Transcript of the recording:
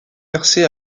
percés